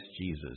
Jesus